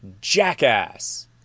jackass